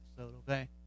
Okay